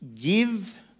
give